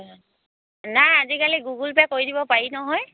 নাই আজিকালি Google pay কৰি দিব পাৰি নহয়